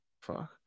fuck